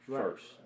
first